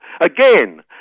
Again